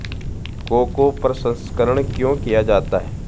Cocoa प्रसंस्करण क्यों किया जाता है?